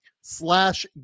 slash